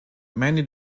many